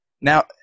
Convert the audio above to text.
Now